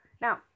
Now